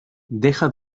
deja